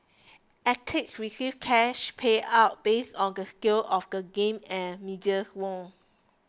athletes receive cash payouts based on the scale of the games and medals won